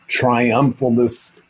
triumphalist